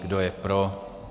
Kdo je pro?